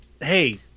hey